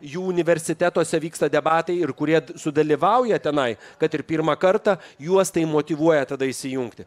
jų universitetuose vyksta debatai ir kurie sudalyvauja tenai kad ir pirmą kartą juos tai motyvuoja tada įsijungti